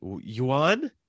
Yuan